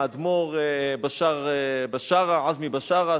האדמו"ר עזמי בשארה,